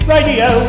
Radio